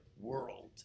world